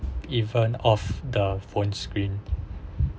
even off the phone screen